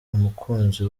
umukunzi